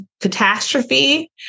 catastrophe